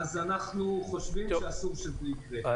אנחנו חושבים שאסור שזה יקרה.